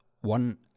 one